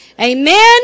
Amen